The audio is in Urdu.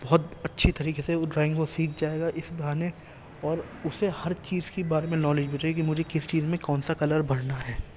بہت اچھی طریقے سے وہ ڈرائنگ کو سیکھ جائے گا اس بہانے اور اسے ہر چیز کی بارے میں نالج ہو جائے گی مجھے کس چیز میں کون سا کلر بھرنا ہے